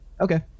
Okay